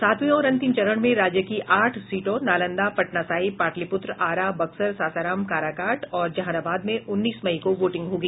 सातवें और अंतिम चरण में राज्य की आठ सीटों नालंदा पटना साहिब पाटलिप्त्र आरा बक्सर सासाराम काराकाट और जहानाबाद में उन्नीस मई को वोटिंग होगी